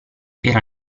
era